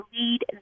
lead